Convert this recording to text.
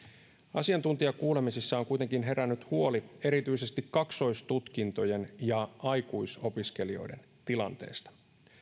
asiantuntijakuulemisissa on kuitenkin herännyt huoli erityisesti kaksoistutkintojen ja aikuisopiskelijoiden tilanteesta